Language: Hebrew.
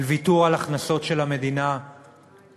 על ויתור על הכנסות של המדינה מהנדל"ן,